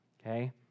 okay